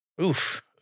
Oof